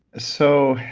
so,